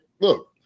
look